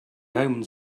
omens